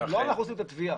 לא אנחנו עושים את התביעה.